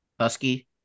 Husky